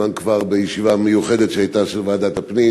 אומנם בישיבה המיוחדת שהייתה בוועדת הפנים